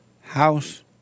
House